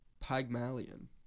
Pygmalion